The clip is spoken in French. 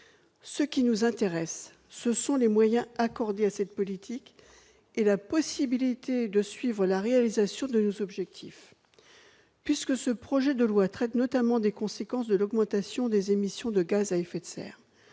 Ce qui nous intéresse, ce sont les moyens accordés à cette politique et la possibilité de suivre la réalisation de nos objectifs. Puisque ce projet de loi traite notamment des conséquences de l'augmentation des émissions de gaz à effet de serre